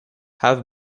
have